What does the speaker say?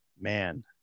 Man